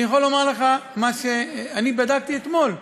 אני יכול לומר לך מה שאני בדקתי אתמול,